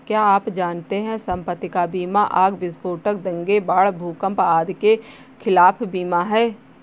क्या आप जानते है संपत्ति का बीमा आग, विस्फोट, दंगे, बाढ़, भूकंप आदि के खिलाफ बीमा है?